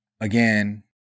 again